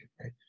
Right